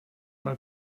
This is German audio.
mal